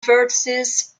vertices